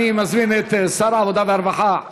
אני מזמין את שר העבודה והרווחה,